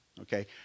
Okay